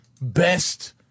best